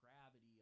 gravity